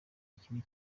iki